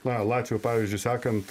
na latvių pavyzdžiui sekant